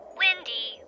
windy